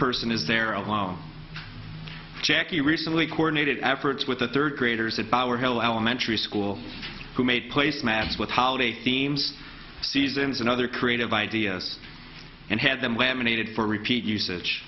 person is there alone jackie recently coordinated efforts with a third graders at power hill elementary school who made placemats with holiday themes seasons and other creative ideas and had them laminated for repeat usage